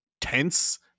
tense